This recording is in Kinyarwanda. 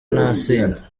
nasinze